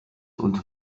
und